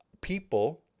people